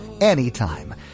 anytime